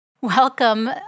Welcome